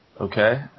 Okay